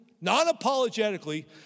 non-apologetically